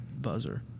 buzzer